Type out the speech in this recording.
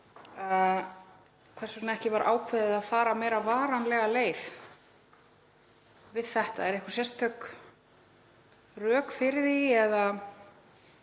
hvers vegna ekki var ákveðið að fara varanlegri leið við þetta. Eru einhver sérstök rök fyrir því?